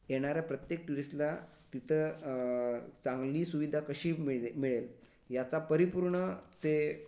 येणाऱ्या प्रत्येक टुरिस्टला तिथं चांगली सुविधा कशी मिळ मिळेल याचा परिपूर्ण ते